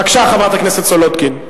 בבקשה, חברת הכנסת סולודקין.